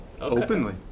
openly